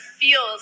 feels